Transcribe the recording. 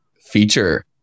feature